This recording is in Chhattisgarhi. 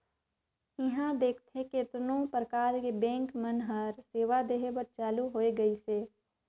इहां देखथे केतनो परकार के बेंक मन हर सेवा देहे बर चालु होय गइसे